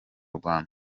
rwanda